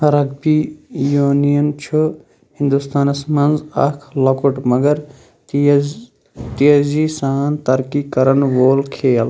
rugby union چھُ ہِندُستانَس منٛز اَکھ لۄکُٹ مگر تیز تیزی سان ترقی کرن وول کھیل